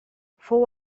fou